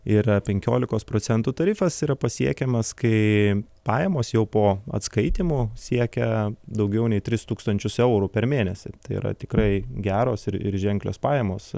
yra penkiolikos procentų tarifas yra pasiekiamas kai pajamos jau po atskaitymų siekia daugiau nei tris tūkstančius eurų per mėnesį tai yra tikrai geros ir ir ženklios pajamos